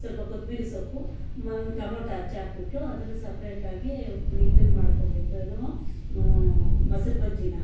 ಸ್ವಲ್ಪ ಕೊತಂಬ್ರಿ ಸೊಪ್ಪು ಟೊಮೊಟೊ ಹೆಚ್ಚಾಕ್ಬಿಟ್ಟು ಅದನ್ನು ಸಪ್ರೇಟಾಗಿ ಇದನ್ನು ಮಾಡ್ಕೊಳ್ಬೇಕು ಏನು ಮೊಸ್ರು ಬಜ್ಜಿನ